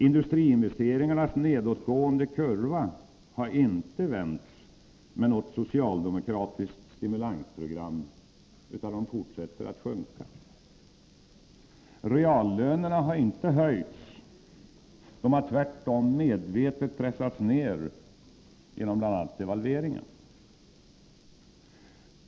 Industriinvesteringarnas nedåtgående kurva har inte vänts med något socialdemokratiskt stimulansprogram, utan de fortsätter att sjunka. Reallönerna har inte höjts — de har tvärtom medvetet pressats ned genom bl.a. devalveringen.